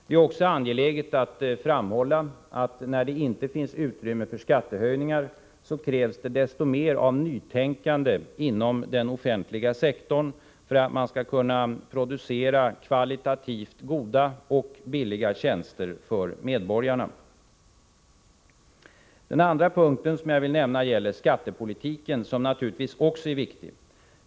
Det är också angeläget att framhålla att när det inte finns utrymme för skattehöjningar krävs det desto mer av nytänkande inom den offentliga sektorn för att man skall kunna producera kvalitativt goda och billiga tjänster för medborgarna. Den andra punkten som jag vill nämna gäller skattepolitiken, som naturligtvis också är viktig.